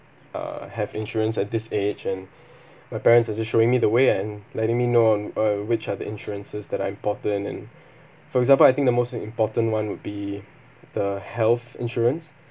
uh have insurance at this age and my parents are just me showing me the way and letting me know on uh which are the insurances that are important and for example I think the most an important one would be the health insurance